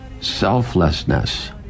selflessness